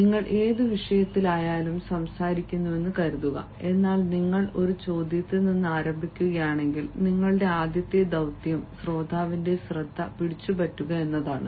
നിങ്ങൾ ഏത് വിഷയത്തിലായാലും സംസാരിക്കുന്നുവെന്ന് കരുതുക എന്നാൽ നിങ്ങൾ ഒരു ചോദ്യത്തിൽ നിന്ന് ആരംഭിക്കുകയാണെങ്കിൽ നിങ്ങളുടെ ആദ്യത്തെ ദൌത്യം ശ്രോതാവിന്റെ ശ്രദ്ധ പിടിച്ചുപറ്റുക എന്നതാണ്